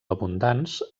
abundants